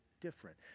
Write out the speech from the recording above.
different